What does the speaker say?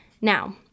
Now